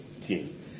team